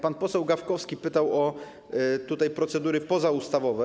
Pan poseł Gawkowski pytał o procedury pozaustawowe.